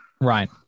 right